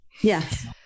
Yes